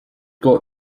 got